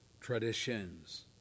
traditions